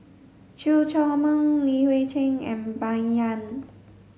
Chew Chor Meng Li Hui Cheng and Bai Yan